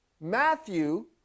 matthew